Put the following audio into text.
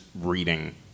reading